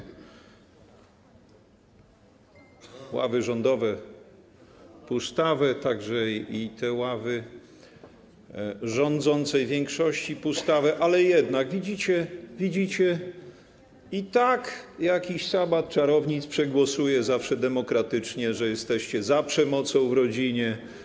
Ławy rządowe pustawe, także i ławy rządzącej większości pustawe, ale jednak widzicie - widzicie - i tak jakiś sabat czarownic przegłosuje zawsze demokratycznie, że jesteście za przemocą w rodzinie.